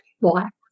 Black